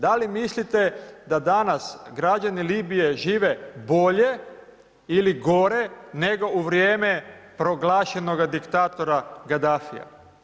Da li mislite da danas građani Libije žive bolje ili gore nego u vrijeme proglašenoga diktatora Gadafija?